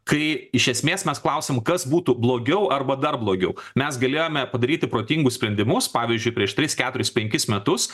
kai iš esmės mes klausėm kas būtų blogiau arba dar blogiau mes galėjome padaryti protingus sprendimus pavyzdžiui prieš tris keturis penkis metus